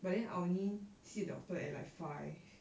but then I only see doctor at like five